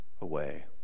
away